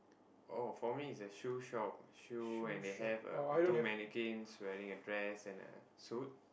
oh for me it's a shoe shop shoe and they have a two mannequins wearing a dress and a suit